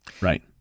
Right